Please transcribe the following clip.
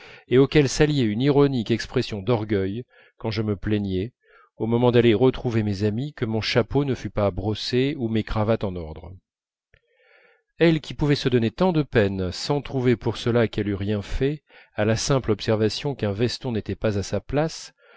et auquel s'alliait une ironique expression d'orgueil quand je me plaignais au moment d'aller retrouver mes amies que mon chapeau ne fût pas brossé ou mes cravates en ordre elle qui pouvait se donner tant de peine sans trouver pour cela qu'elle eût rien fait à la simple observation qu'un veston n'était pas à sa place